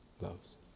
loves